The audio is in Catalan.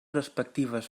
respectives